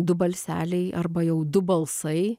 du balseliai arba jau du balsai